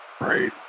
Right